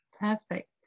perfect